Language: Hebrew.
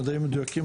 מדעים מדויקים,